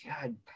God